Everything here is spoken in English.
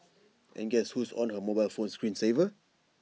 and guess who's on her mobile phone screen saver